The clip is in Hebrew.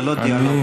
זה לא דיאלוג.